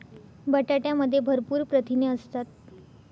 बटाट्यामध्ये भरपूर प्रथिने असतात